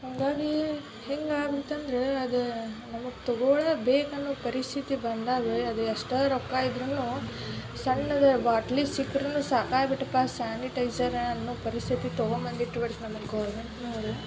ಹಾಗಾಗಿ ಹೆಂಗೆ ಆಗೋಯ್ತಂದ್ರೆ ಅದ ನಮಗೆ ತೊಗೊಳ್ಳೇ ಬೇಕು ಅನ್ನೋ ಪರಿಸ್ಥಿತಿ ಬಂದಾಗ ಅದು ಎಷ್ಟೇ ರೊಕ್ಕ ಇದ್ರೂನು ಸಣ್ಣದು ಬಾಟ್ಲಿ ಸಿಕ್ರೂನು ಸಾಕಾಗಿ ಬಿಟ್ಟಪ್ಪ ಸ್ಯಾನಿಟೈಝರ್ ಅನ್ನೋ ಪರಿಸ್ಥಿತಿ ತೊಗೊಂಬಂದು ಇಟ್ಬಿಡ್ತು ನಮಗೆ ಗೌರ್ಮೆಂಟ್ನವರು